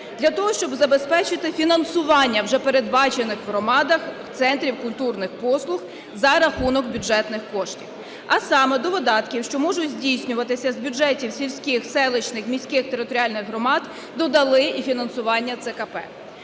для того щоб забезпечити фінансування вже передбачених в громадах центрів культурних послуг за рахунок бюджетних коштів. А саме до видатків, що можуть здійснювати з бюджетів сільських, селищних, міських територіальних громад додали і фінансування ЦКП.